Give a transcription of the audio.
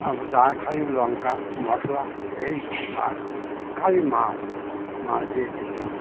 যায় খালি লঙ্কা মশলা এই সব যায় খালি মাছ মাছ দিয়ে খেতে হয়